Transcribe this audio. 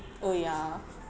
oh ya